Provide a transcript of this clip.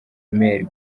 email